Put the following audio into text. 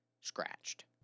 scratched